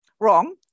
wrong